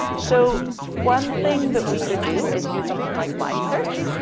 so one thing that we could do, is do something like line search.